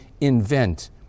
invent